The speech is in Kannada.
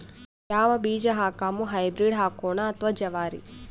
ಯಾವ ಬೀಜ ಹಾಕುಮ, ಹೈಬ್ರಿಡ್ ಹಾಕೋಣ ಅಥವಾ ಜವಾರಿ?